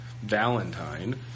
Valentine